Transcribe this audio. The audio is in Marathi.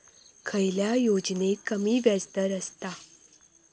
खयल्या योजनेत कमी व्याजदर असता?